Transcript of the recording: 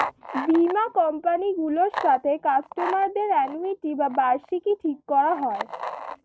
বীমা কোম্পানি গুলোর সাথে কাস্টমার দের অ্যানুইটি বা বার্ষিকী ঠিক করা হয়